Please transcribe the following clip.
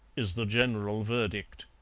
is the general verdict.